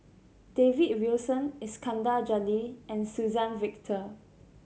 David Wilson Iskandar Jalil and Suzann Victor